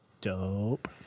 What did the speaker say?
Dope